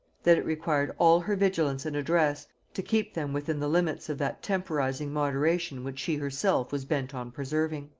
that it required all her vigilance and address to keep them within the limits of that temporizing moderation which she herself was bent on preserving